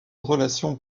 relation